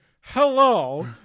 hello